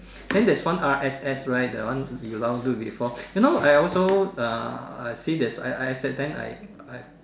then there is one RSS right that one you download before you know I also uh see there's RSS then I I